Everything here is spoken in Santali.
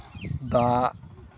ᱫᱟᱜ